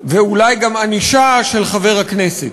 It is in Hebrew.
ואולי גם ענישה של חבר הכנסת.